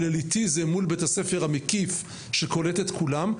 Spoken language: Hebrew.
אליטיזם מול בית הספר המקיף שקולט את כולם,